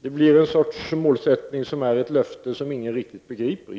Det blir en sorts målsättning som är ett löfte som ingen riktigt begri per.